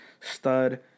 stud